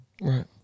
Right